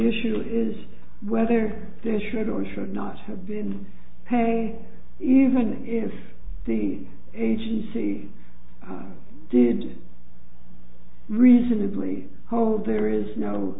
issue is whether there should or should not have been pay even if the agency did reasonably hold there is no